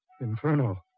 Inferno